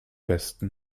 besten